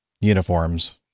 uniforms